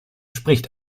spricht